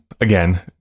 again